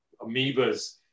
amoebas